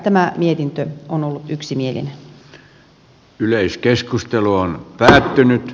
tämä mietintö on päättynyt